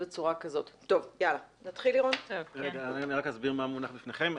אני אסביר מה מונח בפניכם.